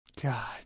God